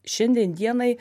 šiandien dienai